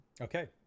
Okay